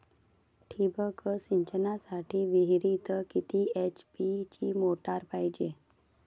ठिबक सिंचनासाठी विहिरीत किती एच.पी ची मोटार पायजे?